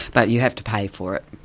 but you have to pay for it.